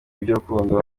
iby’urukundo